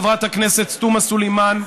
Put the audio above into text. חברת הכנסת תומא סלימאן.